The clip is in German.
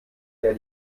der